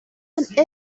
اسم